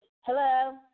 Hello